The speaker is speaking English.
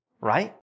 right